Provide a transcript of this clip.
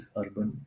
urban